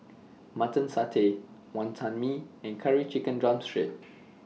Mutton Satay Wantan Mee and Curry Chicken Drumstick